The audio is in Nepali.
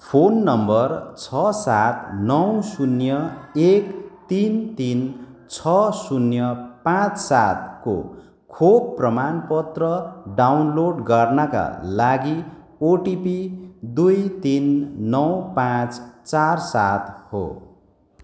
फोन नम्बर छ सात नौ शून्य एक तिन तिन छ शून्य पाँच सातको खोप प्रमाणपत्र डाउनलोड गर्नाका लागि ओटिपी दुई तिन नौ पाँच चार सात हो